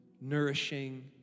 nourishing